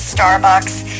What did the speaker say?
Starbucks